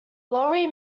lowry